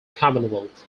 commonwealth